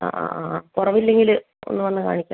ആ ആ ആ ആ കുറവില്ലെങ്കിൽ ഒന്ന് വന്നു കാണിക്കാം